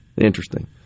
Interesting